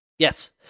Yes